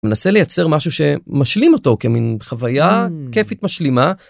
מנסה לייצר משהו שמשלים אותו כמין חוויה כיפית משלימה.